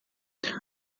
porque